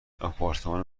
آپارتمان